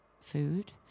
food